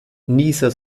nieser